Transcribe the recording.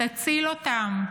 תציל אותם,